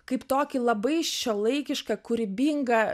kaip tokį labai šiuolaikišką kūrybingą